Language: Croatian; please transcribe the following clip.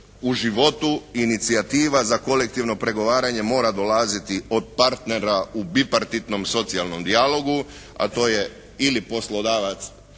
u životu inicijativa za kolektivno pregovaranje mora dolaziti od partnera u bipartitnom socijalnom dijalogu, a to je ili poslodavac